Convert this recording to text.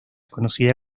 conocida